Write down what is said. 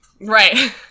Right